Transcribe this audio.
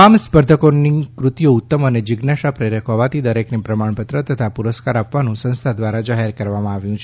તમામ સ્પર્ધકોની ફતિઓ ઉત્તમ અને જીજ્ઞાશા પ્રેરક હોવાથી દરેક ને પ્રમાણપત્ર તથા પુરસ્કાર આપવાનું સંસ્થા દ્વારા જાહેર કરવામાં આવેલ છે